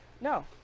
no